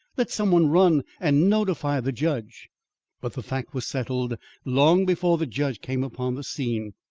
let some one run and notify the judge but the fact was settled long before the judge came upon the scene,